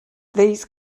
these